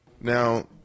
Now